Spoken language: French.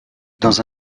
dans